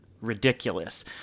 ridiculous